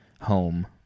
home